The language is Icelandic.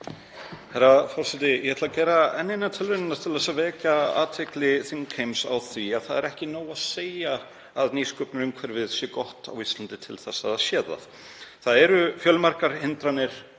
Það eru fjölmargar hindranir